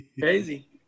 Crazy